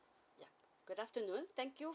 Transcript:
yup good afternoon thank you